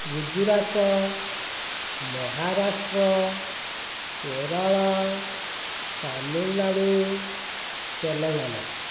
Gujarat Maharashtra Kerala Tamil Nadu Telangana